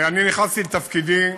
אני נכנסתי לתפקידי,